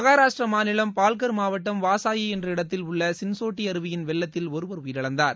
மகாராஷ்டிரா மாநிலம் பால்கர் மாவட்டம் வாஸாயி என்ற இடத்தில் உள்ள சின்சோட்டி அருவியின் வெள்ளத்தில் ஒருவர் உயிரிழந்தார்